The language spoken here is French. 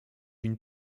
une